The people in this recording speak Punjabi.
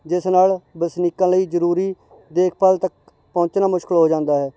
ਜਿਸ ਨਾਲ ਵਸਨੀਕਾਂ ਲਈ ਜ਼ਰੂਰੀ ਦੇਖਭਾਲ ਤੱਕ ਪਹੁੰਚਣਾ ਮੁਸ਼ਕਲ ਹੋ ਜਾਂਦਾ ਹੈ